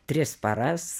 tris paras